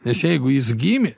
nes jeigu jis gimė